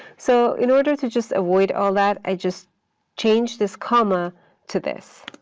so in order to just avoid all that, i just change this comma to this.